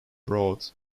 broad